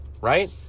right